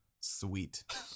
Sweet